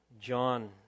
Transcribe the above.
John